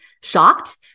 shocked